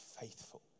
faithful